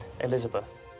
Elizabeth